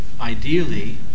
Ideally